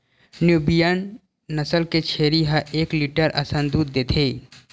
Nubian नसल के छेरी ह एक लीटर असन दूद देथे